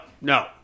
no